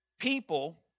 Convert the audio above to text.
people